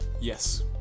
Yes